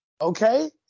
okay